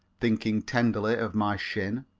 thinking tenderly of my shin.